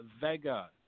Vega